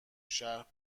شهر